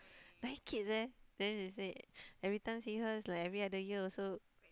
nine kids eh then they said every time see her is like every other year also